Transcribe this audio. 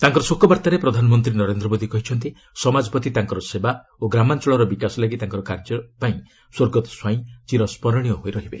ତାଙ୍କର ଶୋକବାର୍ତ୍ତାରେ ପ୍ରଧାନମନ୍ତ୍ରୀ ନରେନ୍ଦ୍ର ମୋଦି କହିଛନ୍ତି ସମାଜ ପ୍ରତି ତାଙ୍କର ସେବା ଓ ଗ୍ରାମାଞ୍ଚଳର ବିକାଶ ଲାଗି ତାଙ୍କର କାର୍ଯ୍ୟ ପାଇଁ ସ୍ୱର୍ଗତ ସ୍ୱାଇଁ ଚିର ସ୍କରଣୀୟ ହୋଇ ରହିବେ